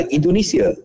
Indonesia